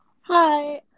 Hi